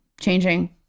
changing